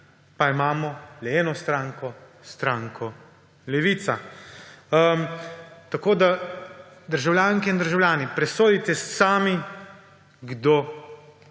pa imamo le eno stranko – stranko Levica. Državljanke in državljani, presodite sami, kdo